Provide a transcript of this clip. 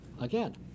again